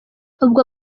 ubwo